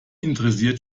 interessiert